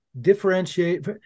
differentiate